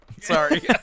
sorry